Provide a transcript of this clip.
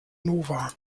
nova